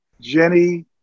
Jenny